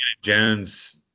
Jones